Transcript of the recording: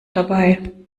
dabei